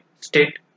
state